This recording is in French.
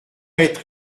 être